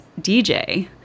DJ